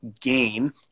gain